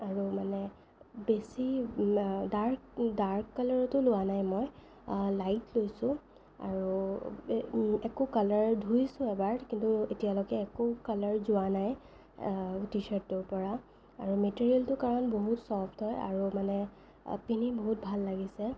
আৰু মানে বেছি ডাৰ্ক ডাৰ্ক কালাৰটো লোৱা নাই মই লাইট লৈছোঁ আৰু একো কালাৰ ধুইছোঁ এবাৰ কিন্তু এতিয়ালৈকে একো কালাৰ যোৱা নাই টি শ্বাৰ্টটোৰ পৰা আৰু মেটেৰিয়েলটো কাৰণ বহুত চফ্ট হয় আৰু মানে পিন্ধি বহুত ভাল লাগিছে